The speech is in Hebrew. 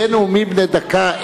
זה נאומים בני דקה,